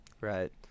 Right